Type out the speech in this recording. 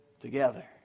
together